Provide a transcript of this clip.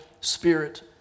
spirit